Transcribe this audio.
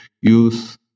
use